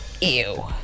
Ew